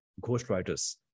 ghostwriters